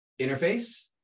interface